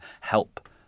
help